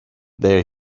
there